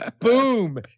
Boom